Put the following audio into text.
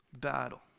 battle